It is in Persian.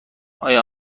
آیا